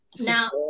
now